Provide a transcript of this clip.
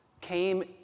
came